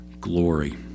glory